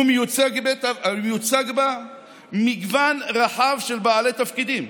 ומיוצג בו מגוון רחב של בעלי תפקידים,